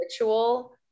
ritual